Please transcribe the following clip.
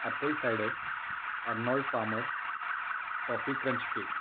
apple cider arnold palmer toffee crunch cake